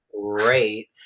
great